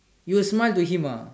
you will smile to him ah